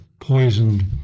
poisoned